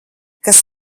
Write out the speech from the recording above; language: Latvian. kas